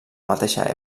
mateixa